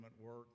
work